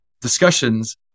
discussions